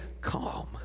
calm